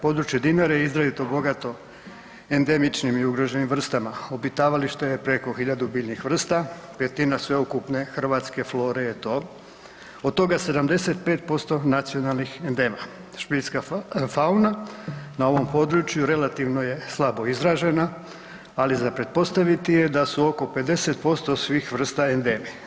Područje Dinare je izrazito bogato endemičnim i ugroženim vrstama, obitavalište je preko 1000 biljnih vrsta, 1/5 hrvatske flore je to. od toga 75% nacionalnih endema, špiljska fauna na ovom području relativno je slabo izraženo ali za pretpostaviti je da su oko 50% svih vrsta endemi.